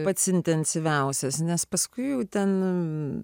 pats intensyviausias nes paskui jau ten